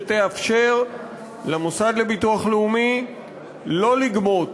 שתאפשר למוסד לביטוח לאומי לא לגבות